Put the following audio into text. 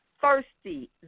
thirsty